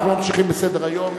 אנחנו ממשיכים בסדר-היום.